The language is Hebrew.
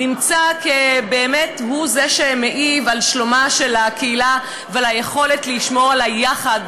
נמצא באמת כזה שמעיב על שלומה של הקהילה ועל היכולת לשמור על היחד